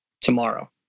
tomorrow